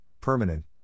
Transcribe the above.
permanent